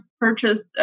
purchased